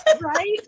right